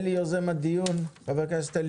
חבר הכנסת אלי כהן, יוזם הדיון, בבקשה.